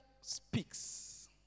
speaks